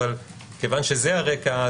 אבל כיוון שזה הרקע,